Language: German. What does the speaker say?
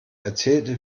erzählte